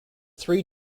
three